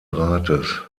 rates